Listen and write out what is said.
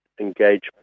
engagement